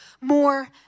more